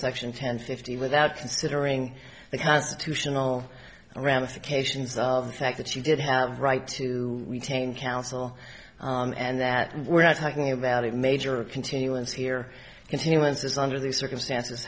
section ten fifty without considering the constitutional ramifications of the fact that she did have a right to retain counsel and that and we're not talking about a major continuance here continuances under these circumstances